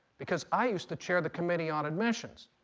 because i used to chair the committee on admissions